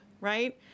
right